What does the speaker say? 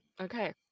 okay